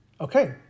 okay